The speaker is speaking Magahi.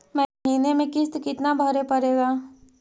महीने में किस्त कितना भरें पड़ेगा?